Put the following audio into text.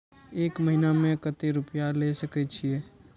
एक महीना में केते रूपया ले सके छिए?